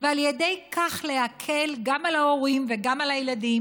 ועל ידי כך להקל גם על ההורים וגם על הילדים,